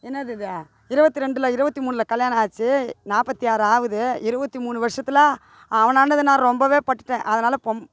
என்னது இது இருபத்தி ரெண்டில் இருபத்தி மூணுல கல்யாணம் ஆச்சு நாற்பத்தி ஆறு ஆகுது இருபத்தி மூணு வருஷத்தில் அவனாண்ட நான் ரொம்ப பட்டுட்டேன் அதனால்